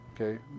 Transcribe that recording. okay